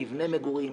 מבני מגורים,